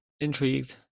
intrigued